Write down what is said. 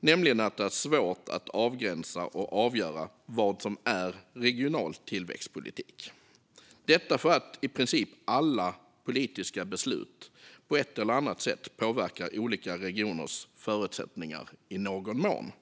nämligen att det är svårt att avgränsa och avgöra vad som är regional tillväxtpolitik. Det beror på att i princip alla andra politiska beslut på ett eller annat sätt påverkar olika regioners förutsättningar i någon mån.